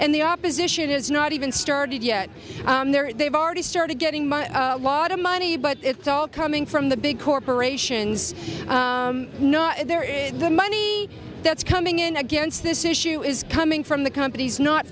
and the opposition is not even started yet they've already started getting my a lot of money but it's all coming from the big corporations not there is the money that's come against this issue is coming from the companies not